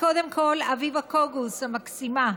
קודם ול, אביבה קוגוס המקסימה,